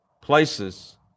places